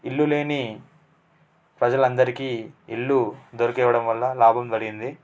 ఇల్లు లేని ప్రజలందరికి ఇల్లు దొరికివ్వడం వల్ల లాభం పడింది